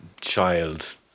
child